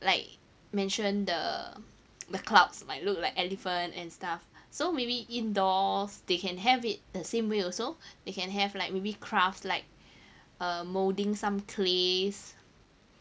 like mention the the clouds like look like elephant and stuff so maybe indoors they can have it the same way also they can have like maybe craft like a molding some clays